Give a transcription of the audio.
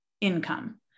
income